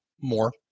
more